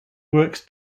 works